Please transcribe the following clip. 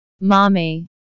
Mommy